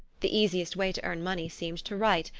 the easiest way to earn money seemed to write,